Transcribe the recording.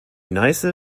neiße